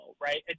right